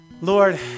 Lord